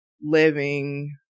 Living